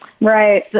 Right